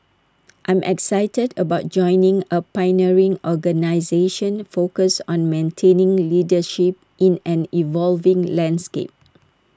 I'm excited about joining A pioneering organisation focused on maintaining leadership in an evolving landscape